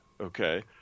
okay